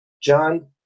John